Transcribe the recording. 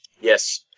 Yes